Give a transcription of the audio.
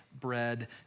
bread